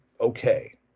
okay